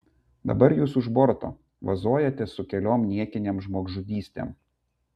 dabar jūs už borto vazojatės su keliom niekinėm žmogžudystėm